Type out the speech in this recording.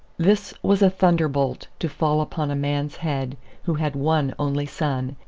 this was a thunderbolt to fall upon a man's head who had one only son,